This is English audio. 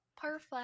Perfect